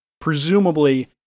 presumably